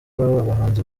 abahanzi